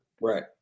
Right